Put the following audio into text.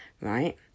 right